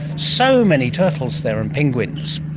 so many turtles there, and penguins.